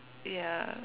ya